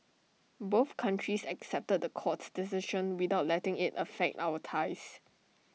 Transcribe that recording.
both countries accepted the court's decision without letting IT affect our ties